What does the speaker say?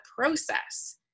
process